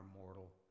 mortal